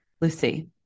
Lucy